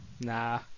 nah